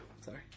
sorry